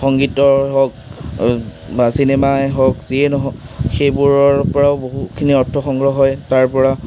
সংগীতৰ হওঁক বা চিনেমাই হওঁক যিয়েই নহওঁক সেইবোৰৰ পৰাও বহুতখিনি অৰ্থ সংগ্ৰহ হয় তাৰপৰা